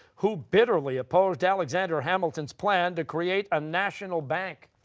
who bitterly opposed alexander hamilton's plan to create a national bank?